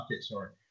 sorry